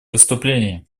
выступление